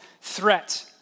threat